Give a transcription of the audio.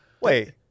Wait